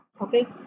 Okay